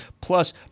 plus